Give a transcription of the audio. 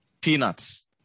peanuts